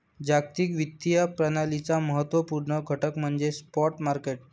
जागतिक वित्तीय प्रणालीचा महत्त्व पूर्ण घटक म्हणजे स्पॉट मार्केट